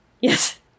Yes